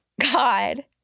God